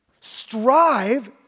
strive